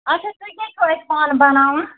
اَچھا تُہۍ کیٛاہ چھُو اَتہِ پانہٕ بَناوان